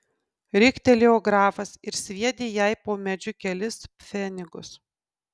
riktelėjo grafas ir sviedė jai po medžiu kelis pfenigus